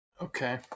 Okay